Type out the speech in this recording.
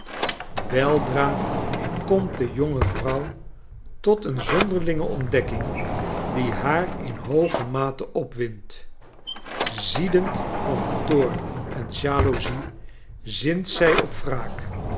weldra komt de jonge vrouw tot een zonderlinge ontdekking die haar in hooge mate opwindt ziedend van toorn en jaloezie zint zij ojp wraak